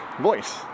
voice